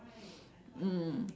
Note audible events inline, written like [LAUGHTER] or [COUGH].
[BREATH] mm